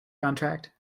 contract